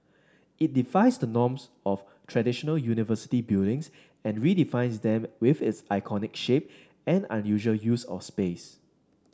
it defies the norms of traditional university buildings and redefines them with its iconic shape and unusual use of space